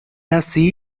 así